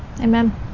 amen